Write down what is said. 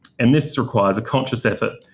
and this requires a conscious effort.